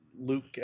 Luke